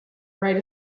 write